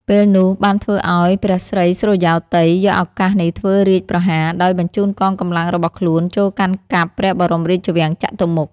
ពេលនោះបានធ្វើឱ្យ ព្រះស្រីសុរិយោទ័យ យកឱកាសនេះធ្វើរាជប្រហារ ដោយបញ្ចូនកងកម្លាំងរបស់ខ្លួនចូលកាន់កាប់ ព្រះបរមរាជវាំងចតុមុខ ។